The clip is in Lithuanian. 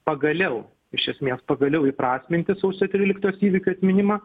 pagaliau iš esmės pagaliau įprasminti sausio tryliktos įvykių atminimą